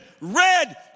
red